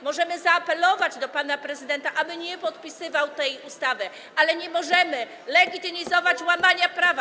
Możemy zaapelować do pana prezydenta, aby nie podpisywał tej ustawy, ale nie możemy legitymizować łamania prawa.